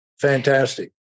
Fantastic